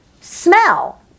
smell